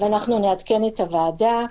ונעדכן את הוועדה.